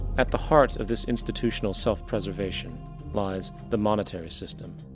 at the heart of this institutional self-preservation lies the monetary system.